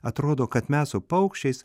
atrodo kad mes su paukščiais